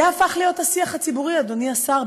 זה הפך להיות השיח הציבורי, אדוני השר.